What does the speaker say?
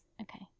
Okay